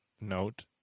note